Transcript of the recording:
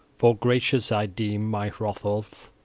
for gracious i deem my hrothulf,